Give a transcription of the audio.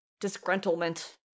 disgruntlement